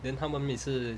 then 他们每次